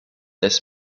this